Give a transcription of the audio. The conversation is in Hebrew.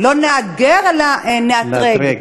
לא נאתגר אלא נאתרג.